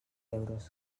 euros